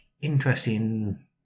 interesting